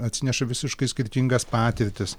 atsineša visiškai skirtingas patirtis